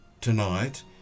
tonight